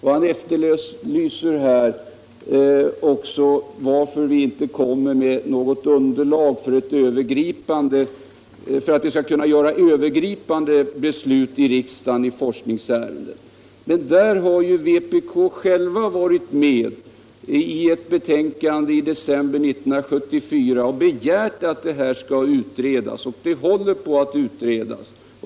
Herr Svensson efterlyser också underlag för att vi skall kunna fatta övergripande beslut i riksdagen i forskningsärenden. Vpk har ju varit med om att i ett betänkande i december 1974 begära att den frågan skall utredas. Den håller också på att utredas.